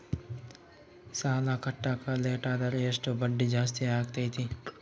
ಸಾಲ ಕಟ್ಟಾಕ ಲೇಟಾದರೆ ಎಷ್ಟು ಬಡ್ಡಿ ಜಾಸ್ತಿ ಆಗ್ತೈತಿ?